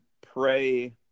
pray